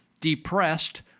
depressed